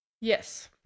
Yes